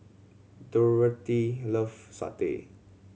Dorathea love satay